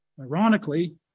ironically